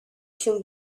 się